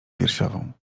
piersiową